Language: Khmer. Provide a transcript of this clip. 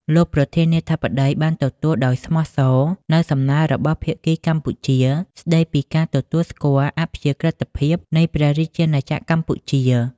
លោកប្រធានាធិបតីបានទទួលដោយស្មោះសរ នូវសំណើរបស់ភាគីកម្ពុជា ស្តីពីការទទួលស្គាល់អាព្យាក្រឹតភាព នៃព្រះរាជាណាចក្រកម្ពុជា។